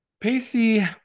Pacey